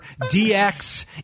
DX